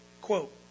Quote